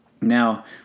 Now